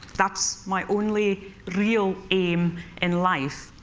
that's my only real aim in life.